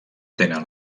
tenen